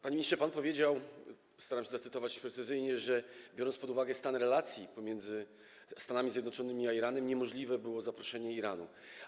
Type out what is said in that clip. Panie ministrze, pan powiedział, staram się zacytować precyzyjnie, że biorąc pod uwagę stan relacji pomiędzy Stanami Zjednoczonymi a Iranem, niemożliwe było zaproszenie Iranu.